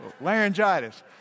laryngitis